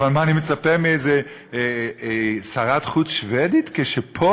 אבל מה אני מצפה מאיזו שרת חוץ שבדית כשפה